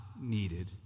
needed